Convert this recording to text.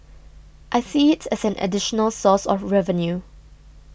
I see it as an additional source of revenue